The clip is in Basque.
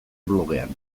blogean